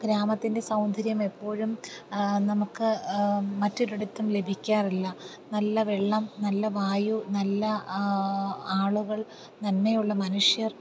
ഗ്രാമത്തിൻ്റെ സൗന്ദര്യം എപ്പോഴും നമുക്ക് മറ്റൊരിടത്തും ലഭിക്കാറില്ല നല്ല വെള്ളം നല്ല വായു നല്ല ആളുകൾ നന്മയുള്ള മനുഷ്യർ